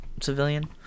civilian